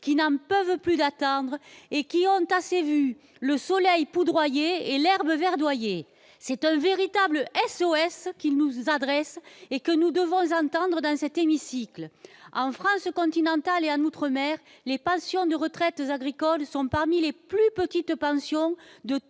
qui n'en peuvent plus d'attendre et qui ont assez vu le soleil poudroyer et l'herbe verdoyer. C'est un véritable SOS qu'ils nous adressent et que nous devons entendre dans cet hémicycle. En France continentale et en outre-mer, les pensions de retraite agricoles sont parmi les plus petites pensions de toutes